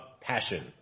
passion